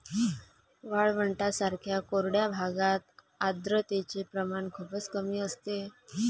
वाळवंटांसारख्या कोरड्या भागात आर्द्रतेचे प्रमाण खूपच कमी असते